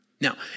Now